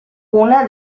una